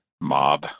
mob